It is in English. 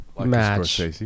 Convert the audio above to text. match